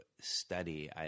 study